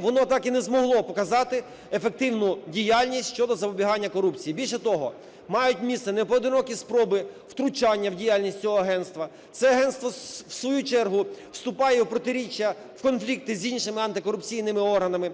воно так і не змогло показати ефективну діяльність щодо запобігання корупції. Більше того, мають місце непоодинокі спроби втручання у діяльність цього агентства, це агентство в свою чергу вступає у протиріччя, в конфлікти з іншими антикорупційними органами,